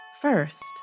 First